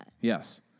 Yes